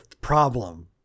problem